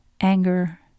Anger